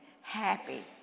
happy